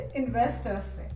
investors